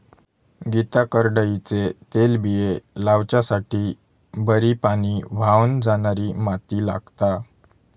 गीता करडईचे तेलबिये लावच्यासाठी बरी पाणी व्हावन जाणारी माती लागता